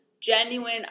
genuine